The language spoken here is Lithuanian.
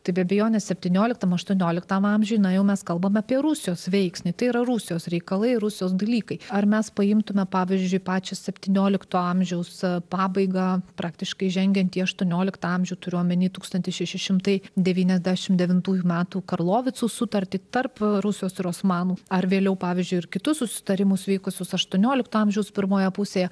tai be abejonės septynioliktam aštuonioliktam amžiuj na jau mes kalbam apie rusijos veiksnį tai yra rusijos reikalai rusijos dalykai ar mes paimtume pavyzdžiui pačią septyniolikto amžiaus pabaigą praktiškai žengiant į aštuonioliktą amžių turiu omeny tūkstantis šeši šimtai devyniasdešimt devintųjų metų karlovicų sutartį tarp rusijos ir osmanų ar vėliau pavyzdžiui ir kitus susitarimus veikusius aštuoniolikto amžiaus pirmoje pusėje